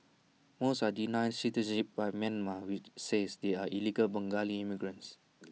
most are denied citizenship by Myanmar which says they are illegal Bengali immigrants